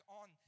on